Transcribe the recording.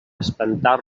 espentar